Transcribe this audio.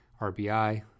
RBI